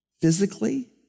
physically